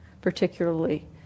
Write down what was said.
particularly